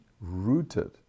rooted